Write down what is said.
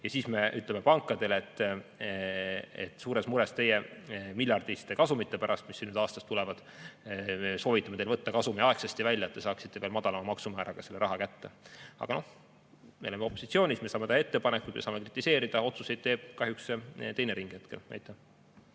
ja siis ütleme pankadele, et suures mures teie miljardiliste kasumite pärast, mis siin nüüd aastas tulevad, soovitame teil võtta kasumi aegsasti välja, et te saaksite selle raha veel madalama maksumääraga kätte. Aga noh, me oleme opositsioonis, me saame teha ettepanekuid ja saame kritiseerida, otsuseid teeb kahjuks teine ring